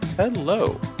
Hello